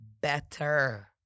better